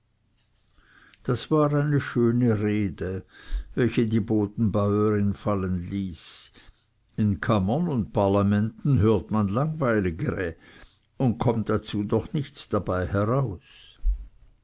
das war eine schöne rede welche die bodenbäurin fallen ließ in kammern und parlamenten hört man langweiligere und kommt dazu doch nichts dabei heraus